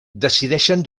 decideixen